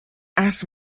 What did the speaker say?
asked